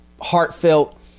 heartfelt